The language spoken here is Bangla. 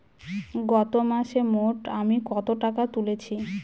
গত মাসে মোট আমি কত টাকা তুলেছি?